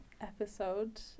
episode